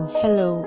hello